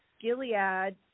Gilead